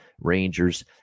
Rangers